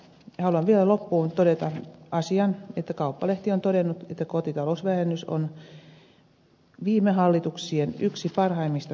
haluan vielä loppuun todeta että kauppalehti on todennut että kotitalousvähennys on viime hallituksien yksi parhaimmista työllistävistä toimenpiteistä